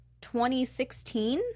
2016